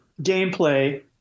gameplay